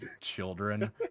children